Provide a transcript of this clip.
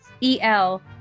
E-L